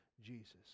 Jesus